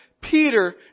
Peter